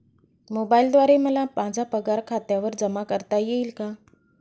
मोबाईलद्वारे मला माझा पगार खात्यावर जमा करता येईल का?